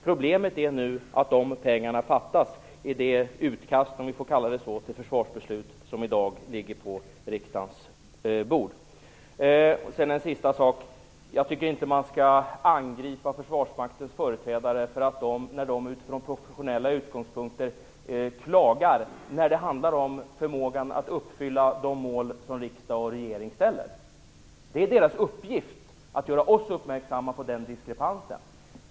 Problemet är nu att dessa pengar fattas i det utkast - om vi får kalla det så - till försvarsbeslut som i dag ligger på riksdagens bord. Sedan en avslutande sak: Jag tycker inte att man skall angripa försvarsmaktens företrädare för att de utifrån professionella utgångspunkter klagar. Det handlar om förmågan att kunna uppfylla de mål som riksdag och regering har fastställt. Det är deras uppgift att göra oss uppmärksamma på den diskrepansen.